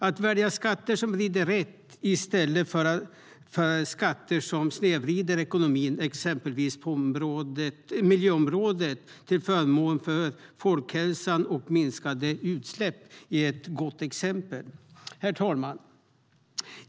Att välja skatter som vrider rätt i stället för skatter som snedvrider ekonomin, exempelvis på miljöområdet till förmån för folkhälsan och minskade utsläpp, är ett gott exempel. Herr talman!